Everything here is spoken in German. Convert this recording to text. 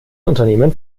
unternehmen